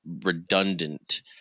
redundant